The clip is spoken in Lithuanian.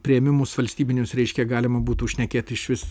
priėmimus valstybinius reiškia galima būtų šnekėt išvis